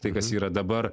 tai kas yra dabar